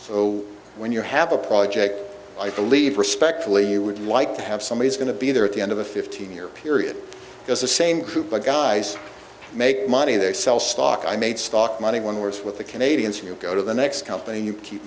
so when you have a project i believe respectfully you would like to have somebody is going to be there at the end of a fifteen year period because the same group of guys make money they sell stock i made stock money when was with the canadians who go to the next company you keep